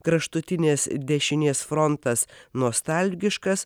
kraštutinės dešinės frontas nostalgiškas